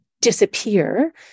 disappear